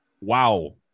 wow